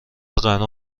غنا